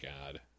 God